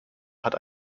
hat